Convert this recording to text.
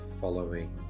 following